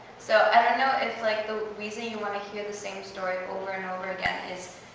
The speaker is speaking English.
so i don't know. it's, like, the reason you want to hear the same story over and over again is,